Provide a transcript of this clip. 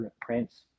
prince